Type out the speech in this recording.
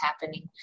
happening